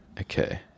okay